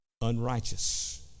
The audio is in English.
unrighteous